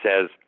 says